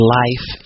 life